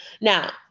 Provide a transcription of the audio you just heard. Now